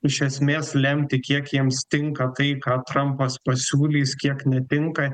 iš esmės lemti kiek jiems tinka tai ką trampas pasiūlys kiek netinka